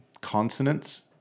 consonants